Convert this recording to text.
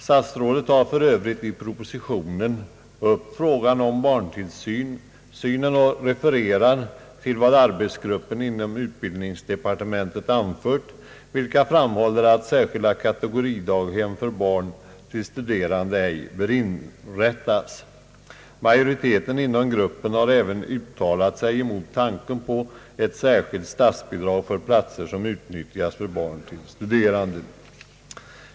Statsrådet tar för övrigt i propositionen upp frågan om barntillsynen och refererar till vad arbetsgruppen inom utbildningsdepartementet anfört, nämligen att särskilda kategoridaghem för barn till studerande ej bör inrättas. Majoriteten inom gruppen har även uttalat sig mot tanken på ett särskilt statsbidrag för platser som utnyttjas av barn till studerande.